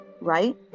right